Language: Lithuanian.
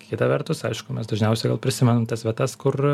kita vertus aišku mes dažniausiai gal prisimenam tas vietas kur